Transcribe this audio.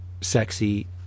sexy